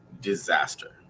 disaster